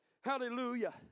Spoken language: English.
Hallelujah